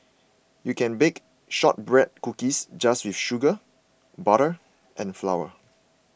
you can bake Shortbread Cookies just with sugar butter and flour